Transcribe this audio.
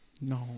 No